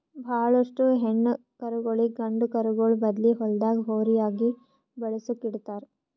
ಭಾಳೋಷ್ಟು ಹೆಣ್ಣ್ ಕರುಗೋಳಿಗ್ ಗಂಡ ಕರುಗೋಳ್ ಬದ್ಲಿ ಹೊಲ್ದಾಗ ಹೋರಿಯಾಗಿ ಬೆಳಸುಕ್ ಇಡ್ತಾರ್